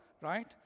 right